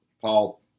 Paul